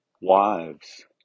wives